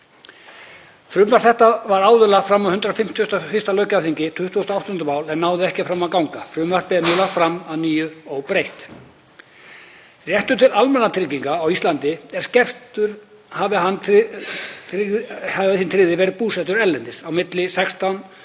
Frumvarp þetta var áður lagt fram á 151. löggjafarþingi (28. mál) en náði ekki fram að ganga. Frumvarpið er nú lagt fram að nýju óbreytt. Réttur til almannatrygginga á Íslandi er skertur hafi hinn tryggði verið búsettur erlendis á milli 16